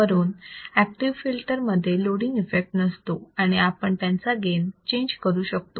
वरून active filters मध्ये loading effect नसतो आणि आपण त्यांचा गेन चेंज करू शकतो